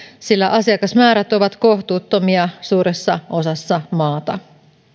sillä asiakasmäärät ovat kohtuuttomia suuressa osassa maata